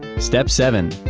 step seven.